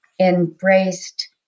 embraced